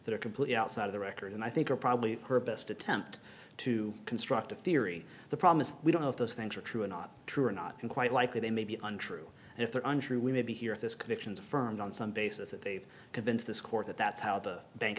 that are completely outside of the record and i think are probably her best attempt to construct a theory the problem is we don't know if those things are true or not true or not and quite likely they may be untrue and if they're untrue we may be here if this convictions affirmed on some basis that they've convinced this court that that's how the bank